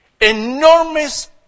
enormous